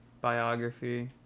biography